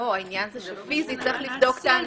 לא, העניין זה שפיזית צריך לבדוק את האנשים.